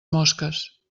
mosques